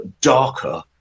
darker